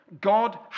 God